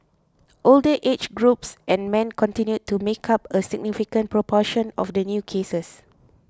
older age groups and men continued to make up a significant proportion of the new cases